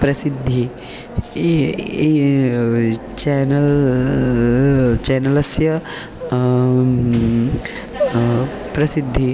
प्रसिद्धिः चेनल् चेनलस्य प्रसिद्धिः